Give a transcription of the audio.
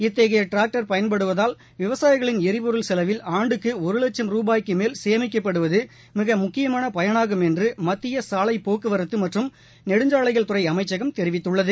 இத்தகைய டிராக்டர் பயன்படுத்தப்படுவதால் விவசாயிகளின் எரிபொருள் செலவில் ஆண்டுக்கு ஒரு லட்சும் ரூபாய்க்கு மேல் சேமிக்கப்படுவது மிக முக்கியமான பயனாகும் என்று மத்திய சாலை போக்குவரத்து மற்றும் நெடுஞ்சாலைகள் துறை அமைச்சகம் தெரிவித்துள்ளது